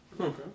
Okay